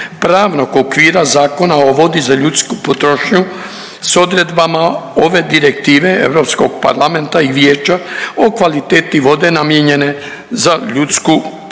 pravnog okvira Zakona o vodi za ljudsku potrošnju s odredbama ove direktive Europskog parlamenta i vijeća o kvaliteti vode namijenjene za ljudsku potrošnju